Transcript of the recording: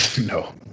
No